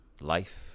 life